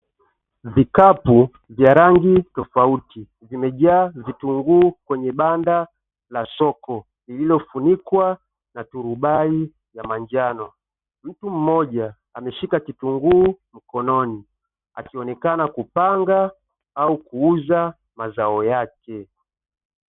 Vikapu vya rangi tofauti vimejaa vitunguu kwenye banda la soko lililofunikwa turubai la manjano, mtu mmoja ameshika kitunguu mkononi akionekana kupanga au kuuza mazao yake.